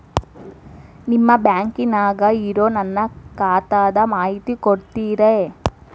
ನಿಮ್ಮ ಬ್ಯಾಂಕನ್ಯಾಗ ಇರೊ ನನ್ನ ಖಾತಾದ ಮಾಹಿತಿ ಕೊಡ್ತೇರಿ?